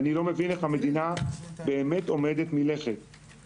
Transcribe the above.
אני באמת לא מבין איך המדינה לא עומדת מלכת על דבר כזה.